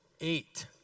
eight